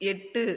எட்டு